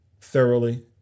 thoroughly